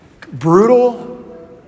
brutal